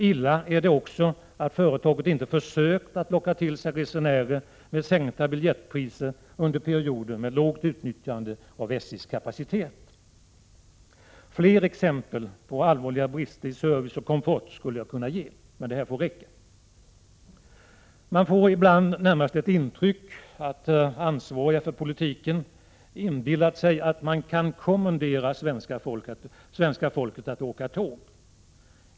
Illa är det också att företaget inte försökt att locka till sig resenärer med sänkta biljettpriser under perioder med lågt utnyttjande av SJ:s kapacitet. Fler exempel på allvarliga brister i service och komfort skulle jag kunna ge, men detta får räcka. Man får ibland närmast intrycket att de för politiken ansvariga inbillat sig att man kan kommendera svenska folket att åka tåg.